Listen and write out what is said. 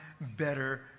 better